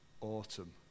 autumn